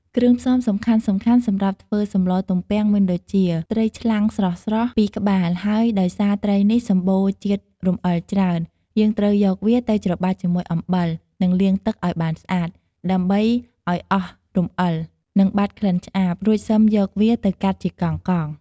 គ្រឿងផ្សំសំខាន់ៗសម្រាប់ធ្វើសម្លទំពាំងមានដូចជា ត្រីឆ្លាំងស្រស់ៗ ២ក្បាល ហើយដោយសារត្រីនេះសម្បូរជាតិរំអិលច្រើន យើងត្រូវយកវាទៅច្របាច់ជាមួយអំបិល និងលាងទឹកឱ្យបានស្អាត ដើម្បីឱ្យអស់រំអិល និងបាត់ក្លិនឆ្អាប រួចសិមយកវាទៅកាត់ជាកង់ៗ